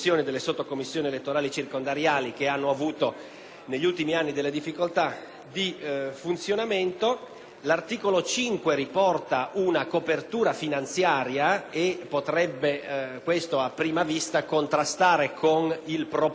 negli ultimi anni delle difficoltà di funzionamento. L'articolo 5 riporta una copertura finanziaria che potrebbe a prima vista contrastare con l'intendimento,